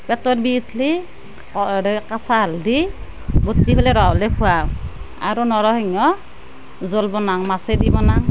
পেটৰ বিষ উঠিলে কেঁচা হালধি বটি পেলাই ৰস উলিয়াই খুৱাওঁ আৰু নৰসিংহ জোল বনাওঁ মাছেদি বনাওঁ